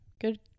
good